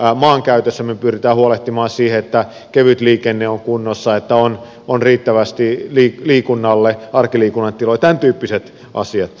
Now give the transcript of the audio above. maankäytössä me pyrimme huolehtimaan siitä että kevytliikenne on kunnossa että on riittävästi arkiliikunnalle tiloja tämän tyyppiset asiat